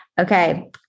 Okay